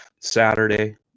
Saturday